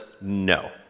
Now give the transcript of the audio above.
no